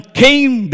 came